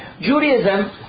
Judaism